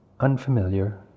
unfamiliar